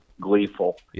gleeful